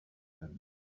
them